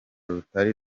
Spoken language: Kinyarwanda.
rutari